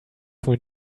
wohl